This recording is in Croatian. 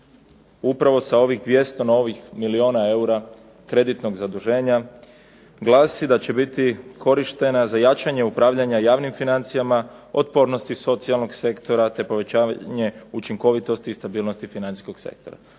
upravo sa ovih 200 na ovih milijuna eura kreditnog zaduženja glasi da će biti korištena za jačanje upravljanja javnim financijama otpornosti socijalnog sektora te povećanje učinkovitosti i stabilnosti financijskog sektora.